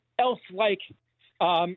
else-like